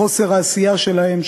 חוסר העשייה שלהם,